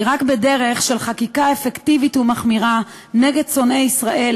כי רק בדרך של חקיקה אפקטיבית ומחמירה נגד שונאי ישראל